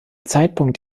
zeitpunkt